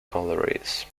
galleries